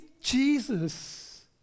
Jesus